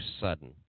sudden